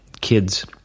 kids